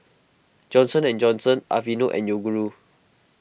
Johnson and Johnson Aveeno and Yoguru